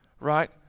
right